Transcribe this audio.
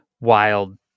wild